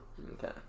Okay